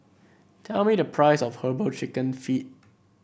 tell me the price of herbal chicken feet